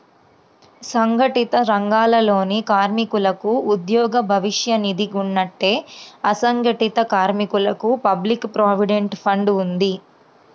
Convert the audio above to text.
సంఘటిత రంగాలలోని కార్మికులకు ఉద్యోగ భవిష్య నిధి ఉన్నట్టే, అసంఘటిత కార్మికులకు పబ్లిక్ ప్రావిడెంట్ ఫండ్ ఉంది